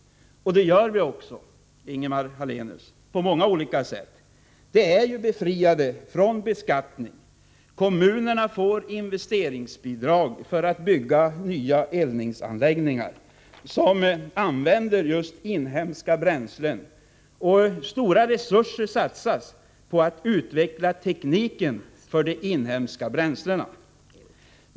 Det gör vi också på många olika sätt, Ingemar Hallenius. De inhemska bränslena är befriade från beskattning. Kommunerna får investeringsbidrag för att bygga nya eldningsanläggningar där man använder just inhemska bränslen. Stora resurser satsas också på att utveckla tekniken för inhemska bränslen.